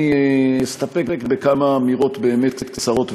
אני אסתפק בכמה אמירות באמת קצרות וכלליות: